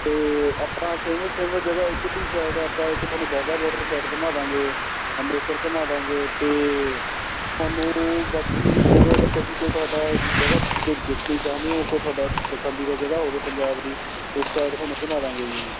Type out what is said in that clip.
ਅਤੇ ਆਪਾਂ famous famous ਜਗ੍ਹਾ ਉੱਧਰਲੀ ਸਾਈਡ ਆਪਾਂ ਇੱਕ ਤੁਹਾਨੂੰ ਬਾਘਾ ਬੋਡਰ ਸਾਈਡ ਘੁੰਮਾ ਦਾਂਗੇ ਅੰਮ੍ਰਿਤਸਰ ਘੁੰਮਾ ਦਾਂਗੇ ਅਤੇ ਤੁਹਾਨੂੰ ਬਾਕੀ ਹੋਰ ਅਗਰ ਤੁਸੀਂ ਕੋਈ ਤੁਹਾਡਾ ਜਗ੍ਹਾ ਤੁਸੀਂ ਕੋਈ ਦੇਖਣੀ ਚਾਹੁੰਦੇ ਹੋ ਕੋਈ ਤੁਹਾਡਾ ਪਸੰਦੀਦਾ ਜਗ੍ਹਾ ਹੋਵੇ ਪੰਜਾਬ ਦੀ ਉਸ ਸਾਈਡ ਤੁਹਾਨੂੰ ਘੁੰਮਾ ਦਾਂਗੇ ਜੀ